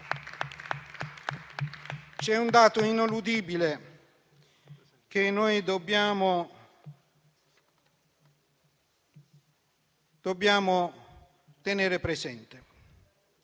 C'è un dato ineludibile che noi dobbiamo tenere presente.